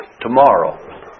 tomorrow